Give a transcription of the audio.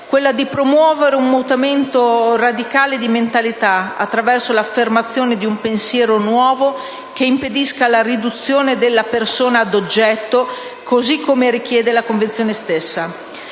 importante promuovere un mutamento radicale di mentalità, attraverso l'affermazione di un pensiero nuovo che impedisca la riduzione della persona ad oggetto, così come richiede la Convenzione stessa;